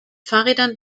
fahrrädern